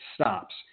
stops